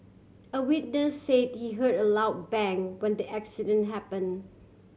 a witness say she heard a loud bang when the accident happen